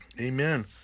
amen